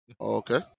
Okay